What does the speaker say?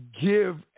give